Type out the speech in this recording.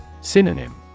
Synonym